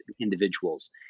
individuals